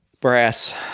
Brass